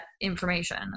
information